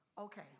Okay